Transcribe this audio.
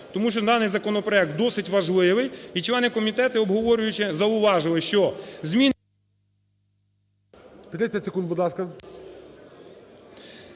тому що даний законопроект досить важливий. І члени комітету, обговорюючи, зауважили, що зміни… ГОЛОВУЮЧИЙ. 30 секунд, будь ласка.